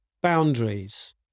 boundaries